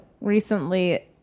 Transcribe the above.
Recently